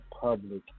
public